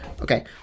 Okay